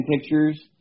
pictures